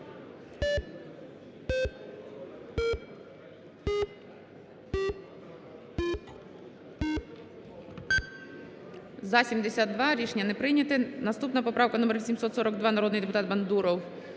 За-72 Рішення не прийнято. Наступна поправка номер 842, народний депутат Бандуров.